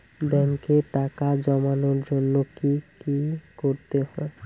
ব্যাংকে টাকা জমানোর জন্য কি কি করতে হয়?